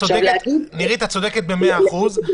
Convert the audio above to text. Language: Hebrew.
נירית, את צודקת במאה אחוז.